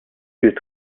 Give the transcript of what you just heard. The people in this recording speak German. gilt